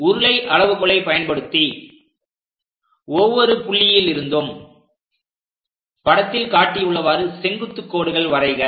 உருளை அளவுகோலை பயன்படுத்தி ஒவ்வொரு புள்ளியிலிருந்தும் படத்தில் காட்டியுள்ளவாறு செங்குத்து கோடுகள் வரைக